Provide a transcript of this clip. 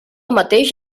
mateix